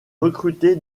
recrutée